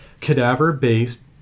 cadaver-based